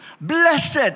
Blessed